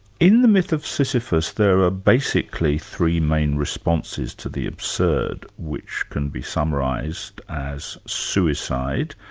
in the myth of sisyphus, there are basically three main responses to the absurd, which can be summarised as suicide,